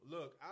Look